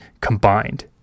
combined